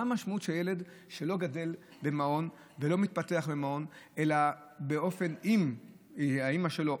מה המשמעות לילד שלא גדל במעון ולא מתפתח במעון אלא אימא שלו,